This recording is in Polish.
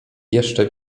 jeszcze